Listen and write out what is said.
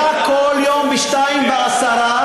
היה כל יום ב-14:10.